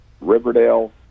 Riverdale